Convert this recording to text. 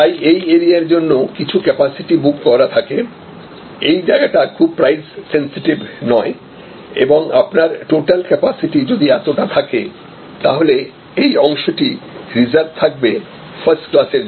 তাই এই এরিয়ার জন্য কিছু ক্যাপাসিটি বুক করা থাকে এই জায়গাটা খুব প্রাইস সেন্সেটিভ নয় এবং আপনার টোটাল ক্যাপাসিটি যদি এতটা থাকে তাহলে এই অংশটি রিজার্ভ থাকবে ফার্স্ট ক্লাসের জন্য